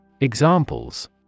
Examples